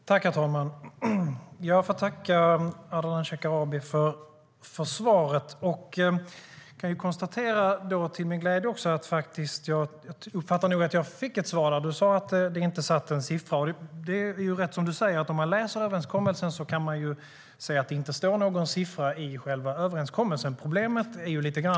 Herr talman! Jag får tacka Ardalan Shekarabi för svaret. Jag kan till min glädje konstatera att jag uppfattar att jag fick ett svar när statsrådet sade att det inte hade satts en siffra. Det är riktigt. Man kan se att det inte står någon siffra i själva överenskommelsen.